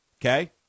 Okay